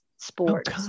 sports